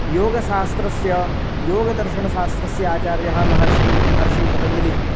योगशास्त्रश्य योगदर्शनशास्त्रस्य आचार्यः महर्षिः महर्षिः पतञ्जलिः